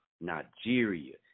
Nigeria